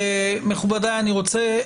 מכובדיי, אני רוצה